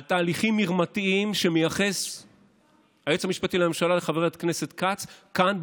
על תהליכים מרמתיים שמייחס היועץ המשפטי לממשלה לחבר הכנסת כץ כאן,